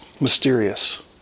Mysterious